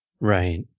Right